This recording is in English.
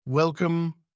Welcome